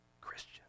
Christian